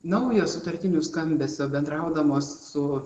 naujo sutartinių skambesio bendraudamos su